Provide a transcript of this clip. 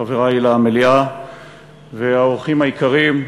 חברי למליאה והאורחים היקרים,